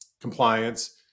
compliance